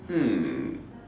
hmm